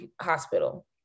hospital